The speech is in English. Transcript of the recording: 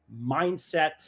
mindset